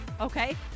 okay